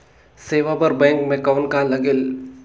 सेवा बर बैंक मे कौन का लगेल?